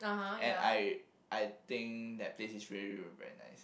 and I I think that place is really really very nice